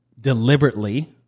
deliberately